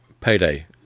Payday